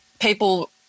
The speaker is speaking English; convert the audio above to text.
people